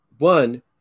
One